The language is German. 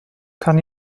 kann